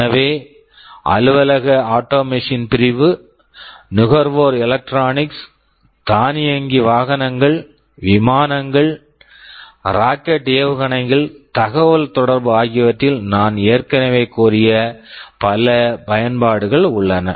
எனவே அலுவலக ஆட்டோமேஷன் பிரிவு நுகர்வோர் எலக்ட்ரானிக்ஸ் தானியங்கி வாகனங்கள் விமானங்கள் ராக்கெட் Rocket ஏவுகணைகள் தகவல் தொடர்பு ஆகியவற்றில் நான் ஏற்கனவே கூறிய பல பயன்பாடுகள் உள்ளன